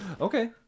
okay